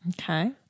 Okay